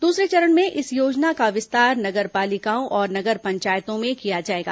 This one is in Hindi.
दूसरे चरण में इस योजना का विस्तार नगर पालिकाओं और नगर पंचायतों में किया जाएगा